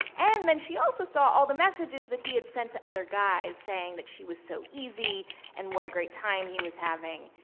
and then she also saw all the messages that he had sent to other guys saying that she was so easy and what a great time he was having